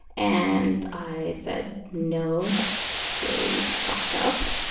and i said no, that's really fucked up.